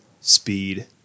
speed